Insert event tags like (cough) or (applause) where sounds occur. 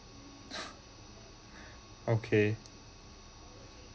(laughs) okay